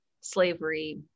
slavery